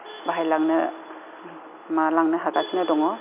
बाहायलांनो मालांनो हागासिनो दङ